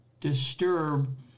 disturb